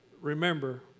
Remember